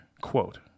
Quote